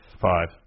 Five